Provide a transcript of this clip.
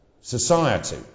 society